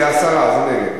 זה הסרה, זה נגד.